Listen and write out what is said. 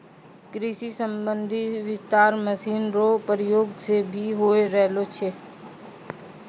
कृषि संबंधी विस्तार मशीन रो प्रयोग से भी होय रहलो छै